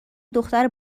دختر